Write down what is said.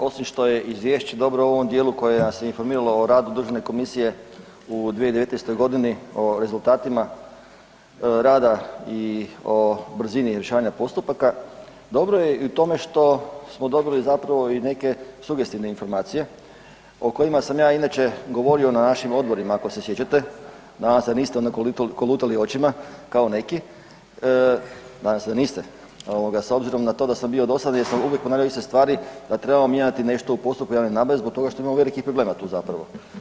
Poštovana zastupnice, osim što je izvješće dobro u ovom dijelu koje nas je informiralo o radu državne komisije u 2019.-toj godini o rezultatima rada i o brzini rješavanja postupaka, dobro je i u tome što smo dobili zapravo i neke sugestivne informacije o kojima sam ja inače govorio na našim odborima ako se sjećate, nadam se da niste onda kolutali očima kao neki, nadam se niste s obzirom na to da sam bio dosadan jer sam uvijek ponavljao iste stvari da trebamo mijenjati nešto u postupku javne nabave zbog toga što imamo velikih problema tu zapravo.